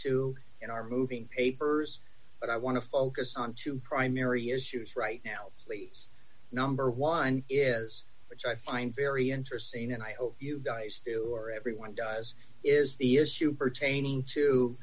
to in our moving papers but i want to focus on two primary issues right now please number one is which i find very interesting and i hope you guys do or everyone does is the issue pertaining to